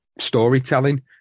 Storytelling